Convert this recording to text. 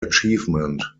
achievement